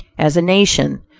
as a nation,